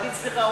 להגיד: סליחה,